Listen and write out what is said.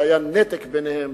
שהיה נתק ביניהם,